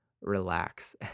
relax